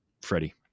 Freddie